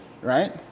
right